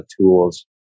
tools